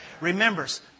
Remembers